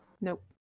Nope